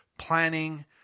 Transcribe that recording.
Planning